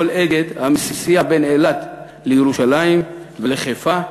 "אגד" המסיע בין אילת לירושלים ולחיפה,